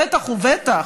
בטח ובטח,